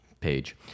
page